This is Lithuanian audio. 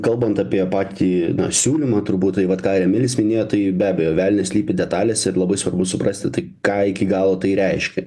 kalbant apie patį siūlymą turbūt tai vat ką ir emilis minėjo tai be abejo velnias slypi detalėse ir labai svarbu suprasti tai ką iki galo tai reiškia